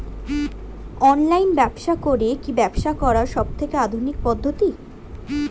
Online ব্যবসা করে কি ব্যবসা করার সবথেকে আধুনিক পদ্ধতি?